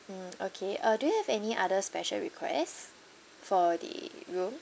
mm okay uh do you have any other special request for the room